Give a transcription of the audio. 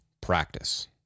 Practice